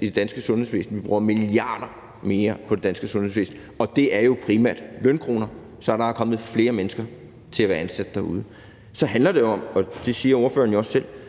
i det danske sundhedsvæsen, og vi bruger milliarder mere på det danske sundhedsvæsen, og det er jo primært lønkroner. Så der er kommet flere mennesker til at være ansat derude. Så handler det om – og det siger ordføreren jo også selv